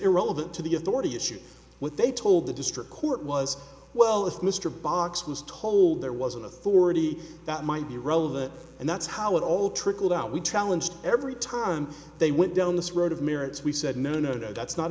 irrelevant to the authority issue what they told the district court was well if mr box was told there was an authority that might be relevant and that's how it all trickled out we challenged every time they went down this road of merits we said no no that's not